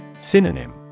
Synonym